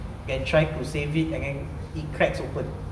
then try to save it and then it cracks open